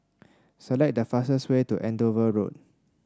select the fastest way to Andover Road